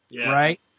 right